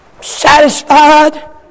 satisfied